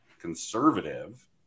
conservative